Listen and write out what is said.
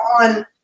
on